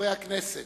חברי הכנסת,